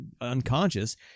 unconscious